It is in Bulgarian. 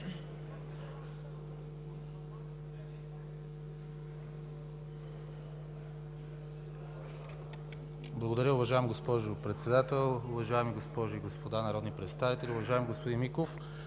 Благодаря, уважаема госпожо Председател. Уважаеми госпожи и господа народни представители! Уважаеми господин Миков,